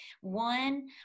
One